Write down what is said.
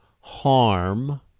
harm